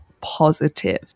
positive